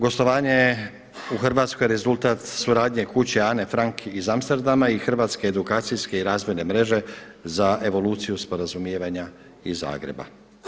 Gostovanje je u Hrvatskoj rezultat suradnje kuće Ane Frank iz Amsterdama i hrvatske edukacijske i razvojne mreže za evoluciju sporazumijevanja iz Zagreba.